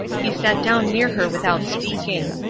he sat down near her without speaking.